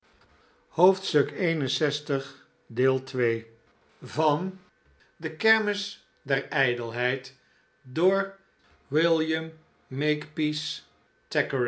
i oclocrooococoocococooclf de kermis der ijdelheid van william